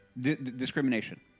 discrimination